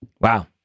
Wow